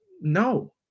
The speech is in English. no